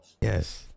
Yes